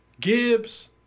Gibbs